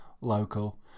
local